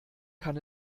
kann